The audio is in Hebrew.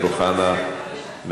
חבר הכנסת אמיר אוחנה,